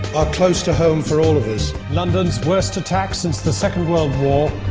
are close to home for all of us london's worst attacks since the second world war?